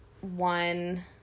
one